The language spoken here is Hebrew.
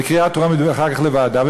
בקריאה טרומית ואחר כך לוועדה,